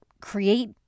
create